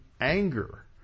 anger